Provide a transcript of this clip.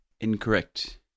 Incorrect